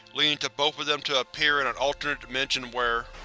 leading to both of them to appear in an alternate dimension where